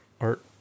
art